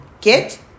Get